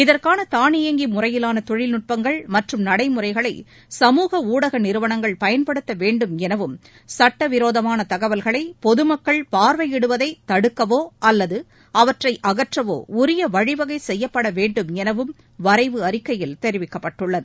இதற்கான தானியங்கி முறையிலான தொழில்நுடபங்கள் மற்றும் நடைமுறைகளை சமூக ஊடக நிறுவனங்கள் பயன்படுத்த வேண்டும் எனவும் சுட்டவிரோதமான தகவல்களை பொதுமக்கள் பார்வையிடுவதை தடுக்கவோ அல்லது அவற்றை அகற்றவோ உரிய வழிவகை செய்யப்பட வேண்டும் எனவும் வரைவு அறிக்கையில் தெரிவிக்கப்பட்டுள்ளது